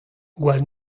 gwall